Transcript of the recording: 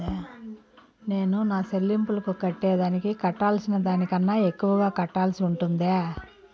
నేను నా సెల్లింపులకు కట్టేదానికి కట్టాల్సిన దానికన్నా ఎక్కువగా కట్టాల్సి ఉంటుందా?